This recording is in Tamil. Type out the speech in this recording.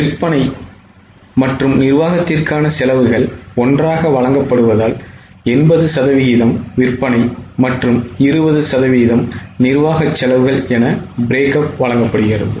விற்பனை மற்றும் நிர்வாகத்திற்கான செலவுகள் ஒன்றாக வழங்கப்படுவதால் 80 சதவீதம் விற்பனை மற்றும் 20 சதவீதம் நிர்வாக செலவுகள் என பிரேக்கப் வழங்கப்படுகிறது